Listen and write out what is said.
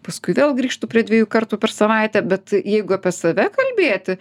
paskui vėl grįžtu prie dviejų kartų per savaitę bet jeigu apie save kalbėti